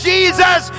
Jesus